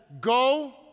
Go